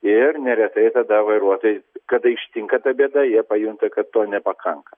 ir neretai tada vairuotojai kada ištinka ta bėda jie pajunta kad to nepakanka